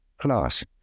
class